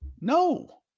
No